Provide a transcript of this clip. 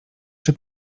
czy